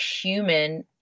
human